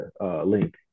link